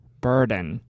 burden